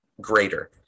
greater